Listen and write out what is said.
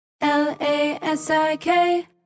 L-A-S-I-K